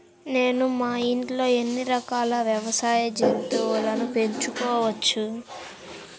నేను మా ఇంట్లో ఎన్ని రకాల వ్యవసాయ జంతువులను పెంచుకోవచ్చు?